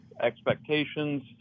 expectations